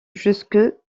jusque